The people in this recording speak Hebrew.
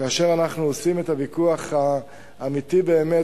כאשר אנחנו עושים את הוויכוח האמיתי באמת